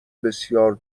بسیار